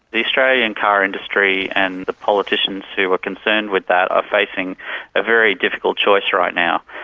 the australian car industry and the politicians who are concerned with that are facing a very difficult choice right now.